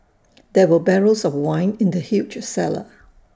there were barrels of wine in the huge cellar